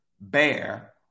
bear